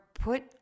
put